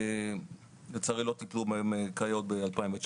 לצערי לא טיפלו בהם כיאות ב-2019.